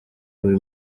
buri